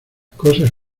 cosas